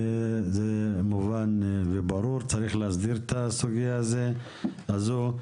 זה מובן וברור, צריך להסדיר את הסוגייה הזו.